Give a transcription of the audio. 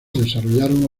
desarrollaron